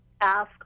ask